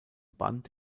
band